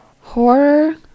Horror